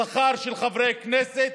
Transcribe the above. שכר של חברי כנסת